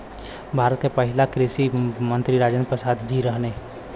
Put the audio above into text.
भारत के पहिला कृषि मंत्री राजेंद्र प्रसाद जी रहने